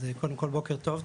אז קודם כל בוקר טוב,